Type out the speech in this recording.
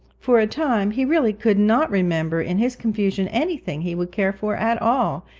for a time he really could not remember in his confusion anything he would care for at all,